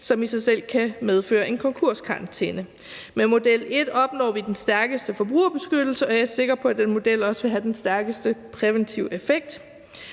som i sig selv kan medføre en konkurskarantæne. Med model 1 opnår vi den stærkeste forbrugerbeskyttelse, og jeg er sikker på, at den model også vil have den stærkeste præventive effekt.